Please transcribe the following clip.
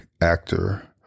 actor